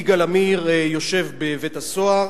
יגאל עמיר יושב בבית-הסוהר